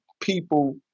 people